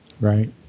Right